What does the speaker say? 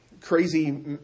crazy